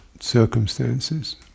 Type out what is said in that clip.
circumstances